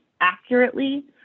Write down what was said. accurately